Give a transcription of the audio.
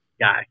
guy